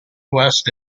west